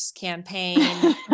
campaign